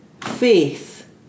faith